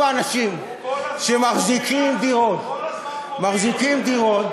רוב האנשים שמחזיקים דירות,